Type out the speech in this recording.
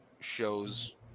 shows